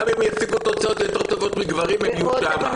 גם אם ישיגו תוצאות טובות יותר מגברים הן יהיו שם.